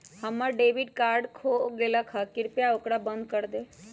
हम्मर debit card खो गयले है, कृपया ओकरा बंद कर दे